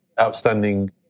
outstanding